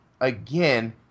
again